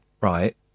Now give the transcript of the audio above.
right